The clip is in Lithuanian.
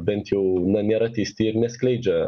bent jau na nėra teisti ir neskleidžia